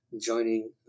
joining